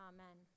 Amen